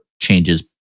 changes